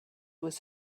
was